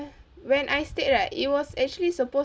when I stayed right it was actually supposed